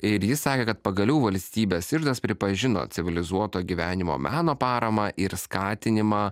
ir jis sakė kad pagaliau valstybės iždas pripažino civilizuoto gyvenimo meno paramą ir skatinimą